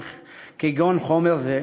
כגון חומר זה,